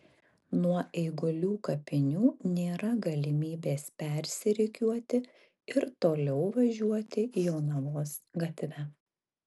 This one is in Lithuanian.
nuo eigulių kapinių nėra galimybės persirikiuoti ir toliau važiuoti jonavos gatve